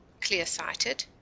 clear-sighted